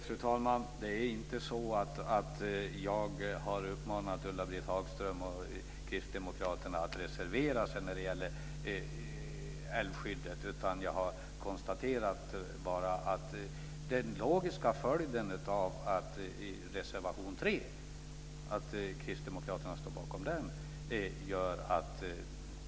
Fru talman! Det är inte så att jag har uppmanat Ulla-Britt Hagström och Kristdemokraterna att reservera sig när det gäller älvskyddet. Jag har bara konstaterat den logiska följden av att Kristdemokraterna står bakom reservation 3.